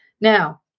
Now